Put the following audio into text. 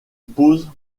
pause